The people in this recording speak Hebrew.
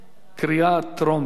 לקריאה טרומית.